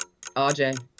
RJ